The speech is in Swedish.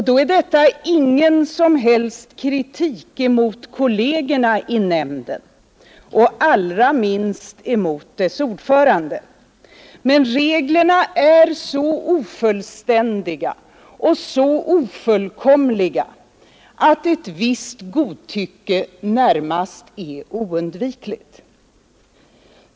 Då är detta ingen som helst kritik emot kollegerna i nämnden och allra minst emot dess ordförande. Men reglerna är så ofullständiga och ofullkomliga att ett visst godtycke närmast är oundvikligt.